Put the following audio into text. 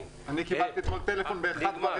מאליה.